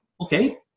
Okay